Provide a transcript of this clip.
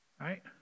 Right